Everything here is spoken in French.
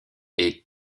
est